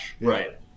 right